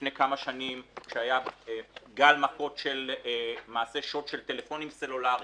לפני כמה שנים כשהיה גל של מעשי שוד של טלפונים סלולריים,